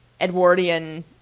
Edwardian